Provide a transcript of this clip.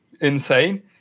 insane